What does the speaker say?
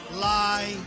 lie